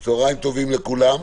צוהריים טובים לכולם.